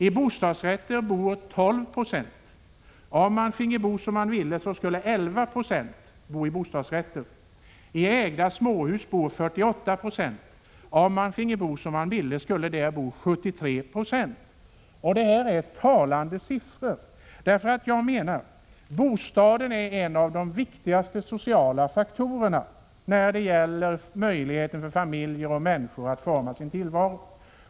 I bostadsrätter bor 12 96. Om man ville, skulle 11 96 bo i bostadsrätter. I ägda småhus bor 48 96. Om man finge bo som man ville, skulle där bo 73 96. Detta är talande siffror. Jag menar att bostaden är en av de viktigaste sociala faktorerna när det gäller möjligheten för familjer och människor att forma sin tillvaro.